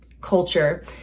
culture